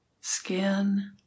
skin